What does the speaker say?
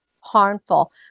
harmful